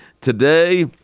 today